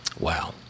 Wow